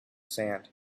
sand